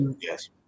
yes